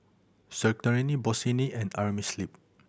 Certainty Bossini and Amerisleep